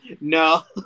No